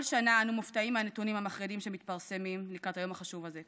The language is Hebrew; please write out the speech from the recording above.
כל שנה אנו מופתעים מהנתונים המחרידים שמתפרסמים לקראת היום החשוב הזה,